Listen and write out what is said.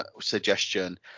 suggestion